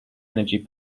energy